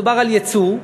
על ייצוא,